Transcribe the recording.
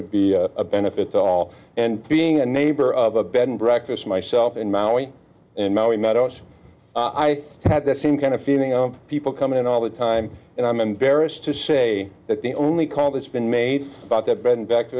would be a benefit to all and being a neighbor of a bed and breakfast myself in maui and now we met out i had the same kind of feeling of people coming in all the time and i'm embarrassed to say that the only call that's been made about that ben back to